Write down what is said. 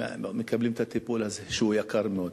ומקבלים את הטיפול הזה, שהוא יקר מאוד.